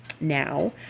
now